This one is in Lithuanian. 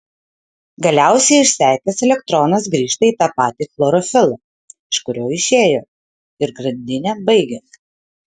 galiausiai išsekęs elektronas grįžta į tą patį chlorofilą iš kurio išėjo ir grandinę baigia